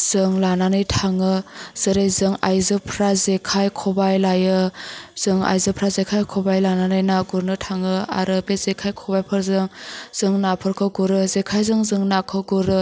जों लानानै थाङो जेरै जों आइजोफ्रा जेखाइ खबाइ लायो जों आइजोफ्रा जेखाइ खबाइ लानानै ना गुरनो थाङो आरो बे जेखाइ खबाइफोरजों जों नाफोरखौ गुरो जेखाइजों जों नाखौ गुरो